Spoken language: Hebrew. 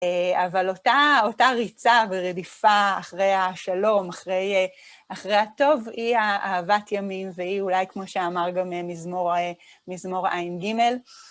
אבל אותה ריצה ורדיפה אחרי השלום, אחרי הטוב, היא אהבת ימים, והיא אולי כמו שאמר גם מזמור ע"ג